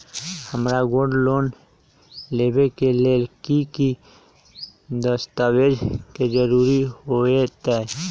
हमरा gold loan लेबे के लेल कि कि दस्ताबेज के जरूरत होयेत?